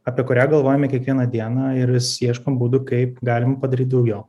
apie kurią galvojame kiekvieną dieną ir vis ieškom būdų kaip galima padaryt daugiau